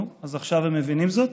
נו, אז עכשיו הם מבינים זאת?